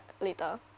later